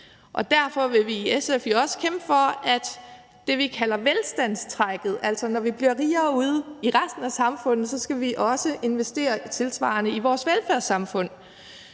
Derfor vil vi i SF jo også kæmpe for det, vi kalder velstandstrækket, altså at man, når vi bliver rigere ude i resten af samfundet, så også skal investere tilsvarende i vores velfærdssamfund.